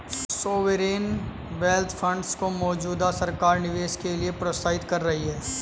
sovereign wealth funds को मौजूदा सरकार निवेश के लिए प्रोत्साहित कर रही है